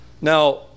Now